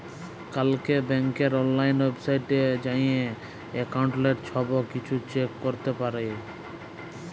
call ব্যাংকের অললাইল ওয়েবসাইটে যাঁয়ে এক্কাউল্টের ছব কিছু চ্যাক ক্যরতে পারি